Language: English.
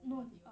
落地了